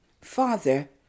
Father